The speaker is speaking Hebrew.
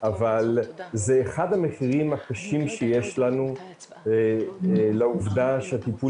אבל זה אחד המחירים הקשים שיש לנו לעובדה שהטיפול